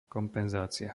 kompenzácia